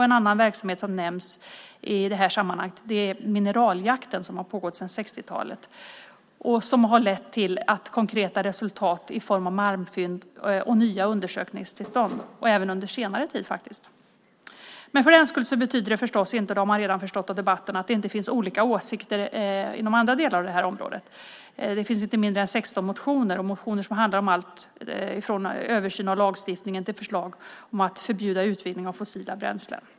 En annan verksamhet i sammanhanget som nämns är Mineraljakten som pågått sedan 1960-talet och som har lett till konkreta resultat i form av malmfynd och nya undersökningstillstånd, faktiskt även under senare tid. Det betyder förstås inte, som man redan förstått av debatten, att det inte finns olika åsikter inom andra delar på det här området. Det finns inte mindre än 16 motioner. Dessa handlar om allt från en översyn av lagstiftningen till förslag om att förbjuda utvinning av fossila bränslen.